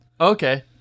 Okay